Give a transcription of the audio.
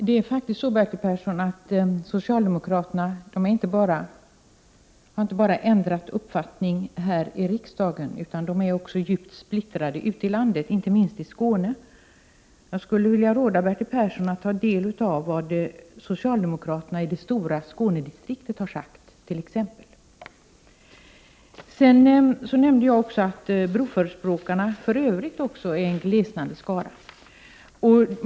Herr talman! Bertil Persson, det är inte bara här i riksdagen som socialdemokraterna har ändrat uppfattning, de är djupt splittrade även ute i landet, inte minst i Skåne. Jag skulle vilja råda Bertil Persson att t.ex. ta del av vad socialdemokraterna i det stora Skånedistriktet har sagt. Jag nämnde också att broförespråkarna i övrigt utgör en glesnande skara.